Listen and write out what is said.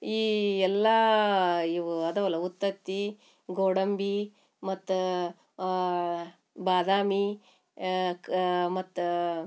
ಈ ಎಲ್ಲ ಇವು ಇದಾವಲ್ಲ ಉತ್ತುತ್ತೆ ಗೋಡಂಬಿ ಮತ್ತು ಬಾದಾಮಿ ಕ ಮತ್ತು